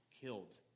killed